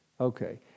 Okay